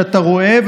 שאתה רואה,